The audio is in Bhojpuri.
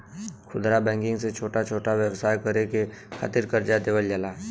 खुदरा बैंकिंग में छोटा छोटा व्यवसाय करे के खातिर करजा देवल जाला